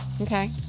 Okay